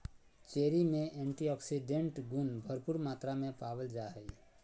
cherry में antioxidants गुण भरपूर मात्रा में पावल जा हइ